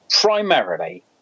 primarily